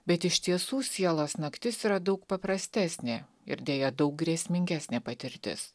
bet iš tiesų sielos naktis yra daug paprastesnė ir deja daug grėsmingesnė patirtis